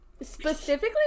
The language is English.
specifically